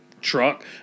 truck